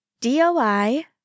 DOI